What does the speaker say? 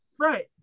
Right